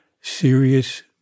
serious